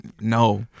no